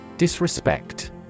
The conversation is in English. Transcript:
Disrespect